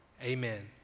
amen